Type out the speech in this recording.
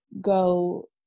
go